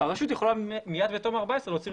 הרשות יכולה מיד בתום 14 ימים להוציא רישיון.